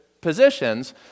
positions